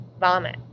vomit